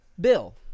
Bill